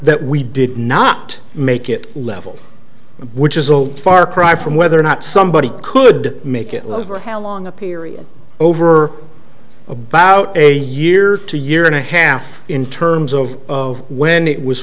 that we did not make it level which is a far cry from whether or not somebody could make it live or how long a period over about a year to year and a half in terms of of when it was